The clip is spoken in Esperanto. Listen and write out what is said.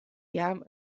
jam